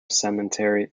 cemetery